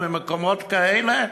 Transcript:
ממקומות כאלה,